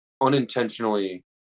unintentionally